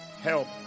Help